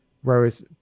whereas